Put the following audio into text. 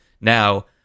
Now